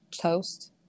toast